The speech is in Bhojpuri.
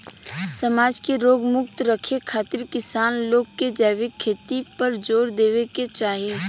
समाज के रोग मुक्त रखे खातिर किसान लोग के जैविक खेती पर जोर देवे के चाही